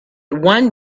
one